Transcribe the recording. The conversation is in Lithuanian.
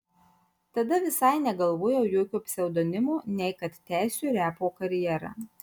tada visai negalvojau jokio pseudonimo nei kad tęsiu repo karjerą